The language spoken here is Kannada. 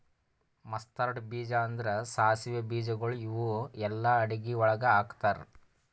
ಮಸ್ತಾರ್ಡ್ ಬೀಜ ಅಂದುರ್ ಸಾಸಿವೆ ಬೀಜಗೊಳ್ ಇವು ಎಲ್ಲಾ ಅಡಗಿ ಒಳಗ್ ಹಾಕತಾರ್